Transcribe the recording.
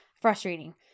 Frustrating